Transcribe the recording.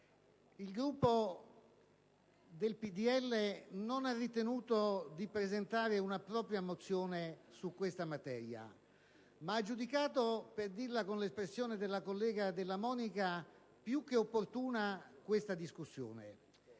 il Gruppo del PdL non ha ritenuto di presentare una propria mozione su questa materia ma ha giudicato - per dirla con l'espressione della collega Della Monica - più che opportuna questa discussione.